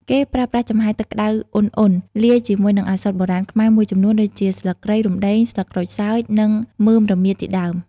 គេប្រើប្រាស់ចំហាយទឹកក្ដៅឧណ្ហៗលាយជាមួយនឹងឱសថបុរាណខ្មែរមួយចំនួនដូចជា ស្លឹកគ្រៃ រំដេង ស្លឹកក្រូចសើច និងមើមរមៀតជាដើម។